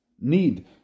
need